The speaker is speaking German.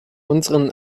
unseren